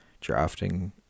drafting